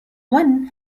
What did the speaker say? one